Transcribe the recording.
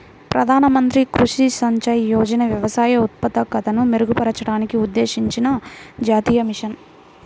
ప్రధాన మంత్రి కృషి సించాయ్ యోజన వ్యవసాయ ఉత్పాదకతను మెరుగుపరచడానికి ఉద్దేశించిన జాతీయ మిషన్